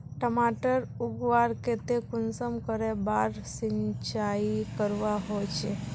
टमाटर उगवार केते कुंसम करे बार सिंचाई करवा होचए?